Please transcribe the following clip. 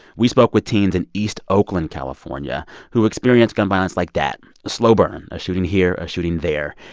we spoke with teens in east oakland, calif, ah yeah who experience gun violence like that a slow burn, a shooting here, a shooting there.